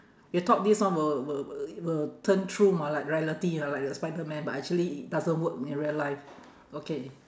you thought this one will will will will turn true mah like reality ah like the spiderman but actually it doesn't work in real life okay